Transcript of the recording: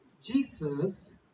Jesus